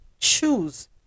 choose